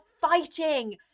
fighting